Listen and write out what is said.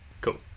Cool